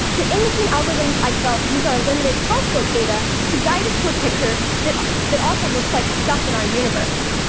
the imaging algorithms i develop use our limited telescope data to guide us to a picture that that also looks like stuff in our universe.